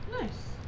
Nice